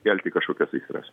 kelti kažkokias aistras